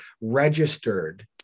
registered